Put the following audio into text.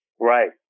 Right